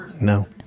No